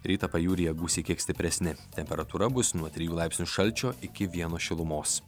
rytą pajūryje gūsiai kiek stipresni temperatūra bus nuo trijų laipsnių šalčio iki vieno šilumos